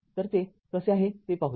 तर ते कसे आहे ते पाहूया